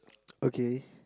okay